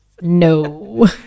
No